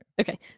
Okay